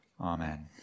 amen